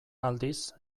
aldiz